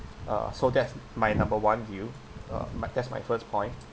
uh so that's my number one view uh ma~ that's my first point